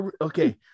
Okay